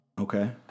Okay